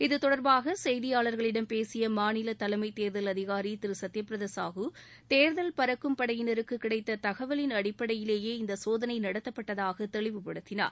இதுதொடர்பாக செய்தியாளர்களிடம் பேசிய மாநில தலைமை தேர்தல் அதிகாரி திரு சத்யபிராத சாகு தேர்தல் பறக்கும் படையினருக்கு கிடைத்த தகவலின் அடிப்படையிலேயே இந்த சோதனை நடத்தப்பட்டதாக தெளிவுப்படுத்தினார்